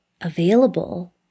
available